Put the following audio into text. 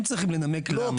הם צריכים לנמק למה.